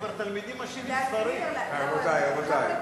רבותי, רבותי.